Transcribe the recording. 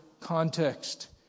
context